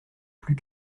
plus